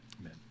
Amen